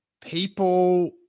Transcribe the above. people